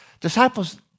Disciples